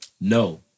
no